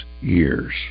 years